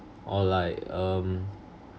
or like um